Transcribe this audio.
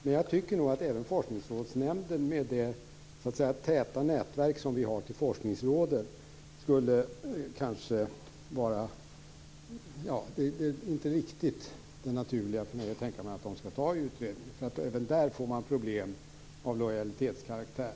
Men jag tycker nog att även Forskningsrådsnämnden har ett tätt nätverk till forskningsråden, och det är inte riktigt det naturliga för mig att tänka mig att den skall ta utredningen. Även där får man problem av lojalitetskaraktär.